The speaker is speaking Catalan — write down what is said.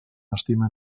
estime